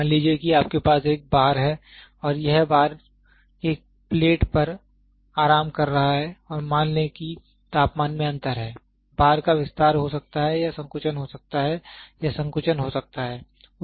मान लीजिए कि आपके पास एक बार है और यह बार एक प्लेट पर आराम कर रहा है और मान लें कि तापमान में अंतर है बार का विस्तार हो सकता है या संकुचन हो सकता है या संकुचन हो सकता है